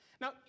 Now